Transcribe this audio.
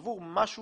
עבור משהו